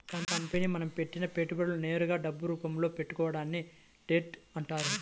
company మనం పెట్టిన పెట్టుబడులను నేరుగా డబ్బు రూపంలో తీసుకోవడాన్ని డెబ్ట్ అంటారు